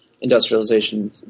industrialization